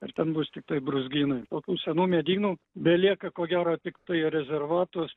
ir ten bus tiktai bruzgynai o tų senų medynų belieka ko gero tiktai rezervatuos